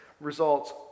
results